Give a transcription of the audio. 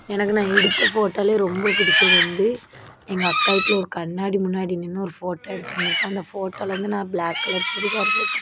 எனக்கு நான் எடுத்த ஃபோட்டோலேயே ரொம்ப பிடிச்சது வந்து எங்கள் அக்கா வீட்டில் ஒரு கண்ணாடி முன்னாடி நின்று ஒரு ஃபோட்டோ எடுத்திருந்திருப்பேன் அந்த ஃபோட்டோவில் வந்து நான் பிளாக் கலர் சுடிதார் போட்டுருப்பேன்